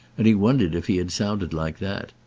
and he wondered if he had sounded like that.